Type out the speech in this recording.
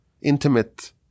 intimate